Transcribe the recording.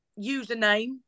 username